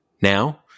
Now